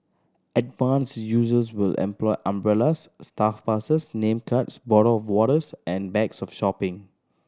advanced users will employ umbrellas staff passes name cards bottle of waters and bags of shopping